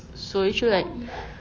so you should like